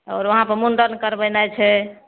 आओर वहाँपर मुण्डन करबेनाइ छै